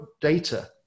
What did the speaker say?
data